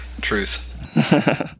truth